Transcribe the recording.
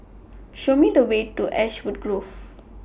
Show Me The Way to Ashwood Grove